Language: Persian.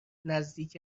نزدیک